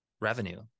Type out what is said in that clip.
revenue